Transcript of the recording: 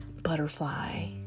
butterfly